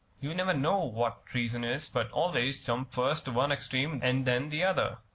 you never know what reason is, but always jump first to one extreme, and then the other.